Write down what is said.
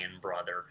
brother